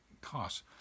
costs